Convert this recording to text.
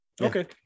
Okay